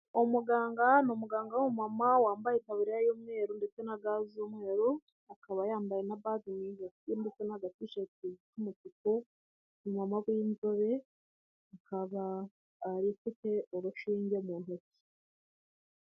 Umuganga ni umuganga, ni umuganga w'umumama wambaye itaburiya y'umweru ndetse na ga z'umweru akaba yambaye na baji mu ijosi ndetse n'agatisheti k'umutuku, umumama w'inzobe akaba afite urushinge mu ntoki.